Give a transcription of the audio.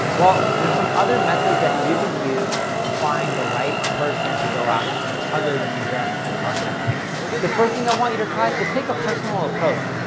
well, there's some other methods that you can use to find the right person to go after, other than just the contact page. the first thing i want you to try is take a personal approach.